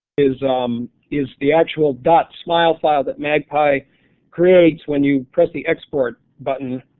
is um is the actual dot smiol file that magpie creates when you press the export button.